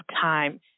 time